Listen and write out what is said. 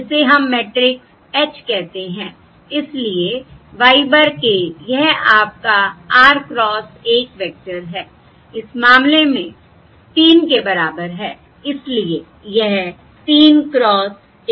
इसे हम matrix H कहते हैं इसलिए y bar k यह आपका r क्रॉस 1 वेक्टर है r इस मामले में 3 के बराबर है इसलिए यह 3 क्रॉस 1 है